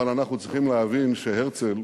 אבל אנחנו צריכים להבין שהרצל,